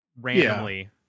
randomly